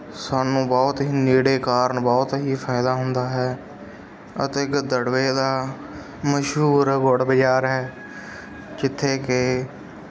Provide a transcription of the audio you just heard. ਸਾਨੂੰ ਬਹੁਤ ਹੀ ਨੇੜੇ ਕਾਰਨ ਬਹੁਤ ਹੀ ਫਾਇਦਾ ਹੁੰਦਾ ਹੈ ਅਤੇ ਗਿੱਦੜਵੇ ਦਾ ਮਸ਼ਹੂਰ ਗੁੜ ਬਜ਼ਾਰ ਹੈ ਜਿੱਥੇ ਕਿ